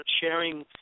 sharing